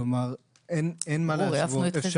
כלומר אין מה להשוות.